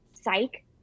psych